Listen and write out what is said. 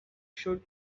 should